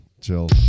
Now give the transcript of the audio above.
chill